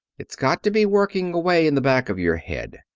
it's got to be working away in the back of your head.